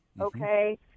okay